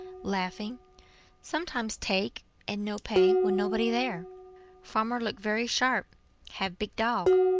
laughing sometimes take and no pay when nobody there farmer look very sharp have big dog.